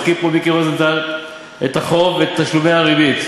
הזכיר פה מיקי רוזנטל את החוב ואת תשלומי הריבית.